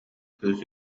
кыыс